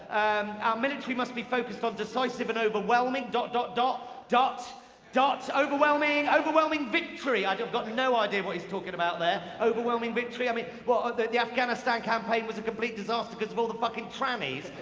our military must be focused on decisive and overwhelming dot dot dot dot dot. so overwhelming. overwhelming victory. i've got no idea what he's talking about there. overwhelming victory. i mean, the the afghanistan campaign was a complete disaster because of all the fucking trannies?